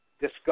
discuss